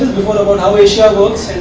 about how asia works